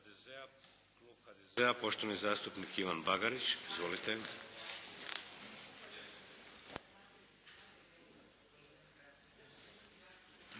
HDZ-a, poštovani zastupnik Ivan Bagarić. Izvolite.